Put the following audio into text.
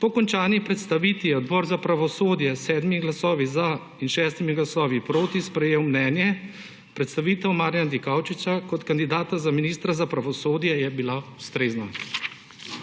Po končani predstavitvi je Odbor za pravosodje s 7. glasovi za in 6. glasovi proti sprejel mnenje predstavitev Marjana Dikaučiča kot kandidata za ministra za pravosodje je bila ustrezna.